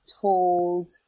told